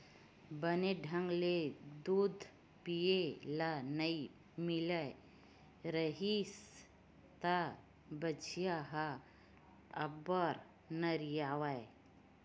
बने ढंग ले दूद पिए ल नइ मिलत रिहिस त बछिया ह अब्बड़ नरियावय